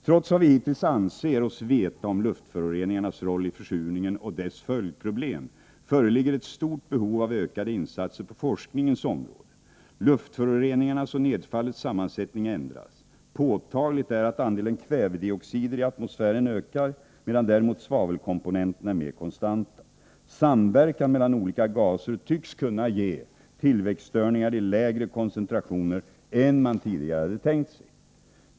Trots vad vi hittills anser oss veta om luftföroreningarnas roll i försurningen och dess följdproblem föreligger ett stort behov av ökade insatser på forskningens område. Luftföroreningarnas och nedfallets sammansättning ändras. Påtagligt är att andelen kvävedioxider i atmosfären ökar, medan däremot svavelkomponenterna är mer konstanta. Samverkan mellan olika gaser tycks kunna ge tillväxtstörningar i lägre koncentrationer än man tidigare tänkt sig.